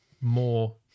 more